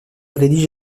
rédige